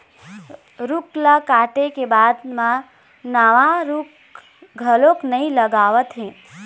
रूख ल काटे के बाद म नवा रूख घलोक नइ लगावत हे